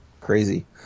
crazy